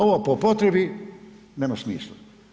Ovo „po potrebi“ nema smisla.